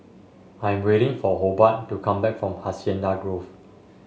I am waiting for Hobart to come back from Hacienda Grove